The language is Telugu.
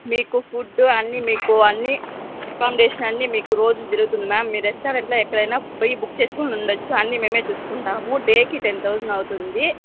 మీకు ఫుడ్ అన్నీ మీకు అన్నీ అకామడేషన్ అన్నీ మీకు రోజు జరుగుతుంది మ్యామ్ మీ రెస్టారెంట్లో ఎక్కడైనా ప్రీ బుక్ చేసుకుని ఉండ వచ్చు అన్నీ మేమే చూసుకుంటాము డేకి టెన్ థౌజండ్ అవుతుంది